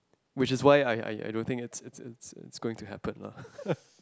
which is why I I I don't think it's it's it's going to happen lah